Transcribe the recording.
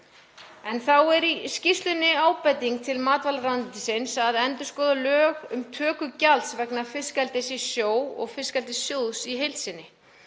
Þá er í skýrslunni ábending til matvælaráðuneytisins um að endurskoða lög um töku gjalds vegna fiskeldis í sjó og Fiskeldissjóðs í heild sinni.